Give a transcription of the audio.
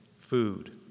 food